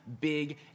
big